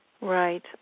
Right